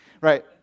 Right